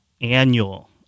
annual